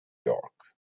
york